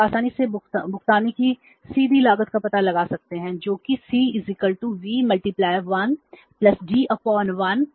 आप आसानी से भुगतानों की सीधी लागत का पता लगा सकते हैं जो कि C V 1 D 1 Tsk i है